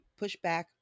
pushback